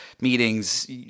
meetings